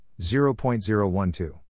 0.012